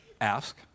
ask